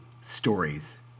stories